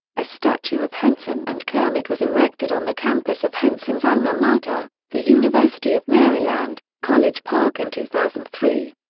a statue of henson and kermit was erected on the campus of henson's alma mater, the university of maryland, college park in two thousand and three.